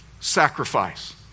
sacrifice